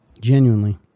Genuinely